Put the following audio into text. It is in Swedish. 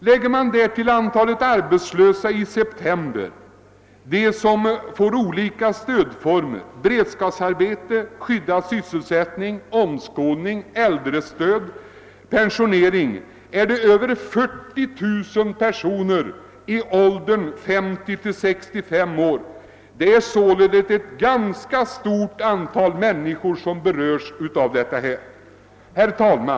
Om man till antalet arbetslösa i september i åldern 50—65 år lägger dem som kommer i åtnjutande av olika stödformer, dvs. beredskapsarbete, skyddad sysselsättning, omskolning, äldre stöd och pensionering, kommer man upp i ett antal av över 40 000 personer. Det är således ett ganska stort antal människor som berörs i detta sammanhang. Herr talman!